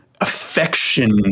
affection